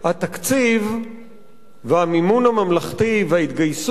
התקציב והמימון הממלכתי וההתגייסות